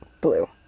Blue